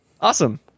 Awesome